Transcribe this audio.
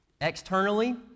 Externally